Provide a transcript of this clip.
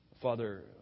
Father